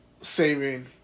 saving